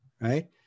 right